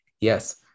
Yes